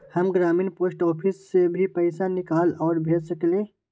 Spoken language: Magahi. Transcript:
हम ग्रामीण पोस्ट ऑफिस से भी पैसा निकाल और भेज सकेली?